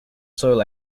soil